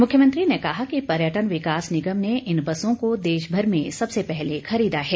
मुख्यमंत्री ने कहा कि पर्यटन विकास निगम ने इन बसों को देश भर में सबसे पहले खरीदा है